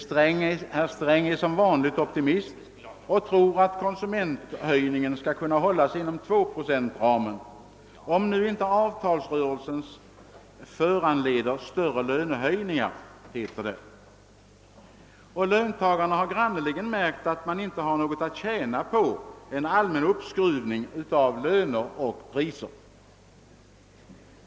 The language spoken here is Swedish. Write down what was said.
Herr Sträng är som vanligt optimist och tror att konsumentsprishöjningen skall kunna hålla sig inom tvåprocentsramen, om nu inte avtalsrörelsen, såsom det heter, föranleder större lönehöjningar. Löntagarna har sannerligen märkt att de inte har något att tjäna på en allmän uppskruvning av löner och priser.